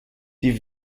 die